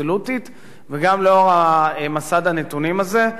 אבסולוטית וגם לאור מסד הנתונים הזה.